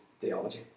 theology